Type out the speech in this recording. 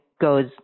goes